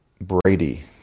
Brady